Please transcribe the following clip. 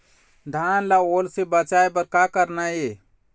धान ला ओल से बचाए बर का करना ये?